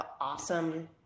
awesome